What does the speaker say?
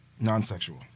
Non-sexual